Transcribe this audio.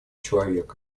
человека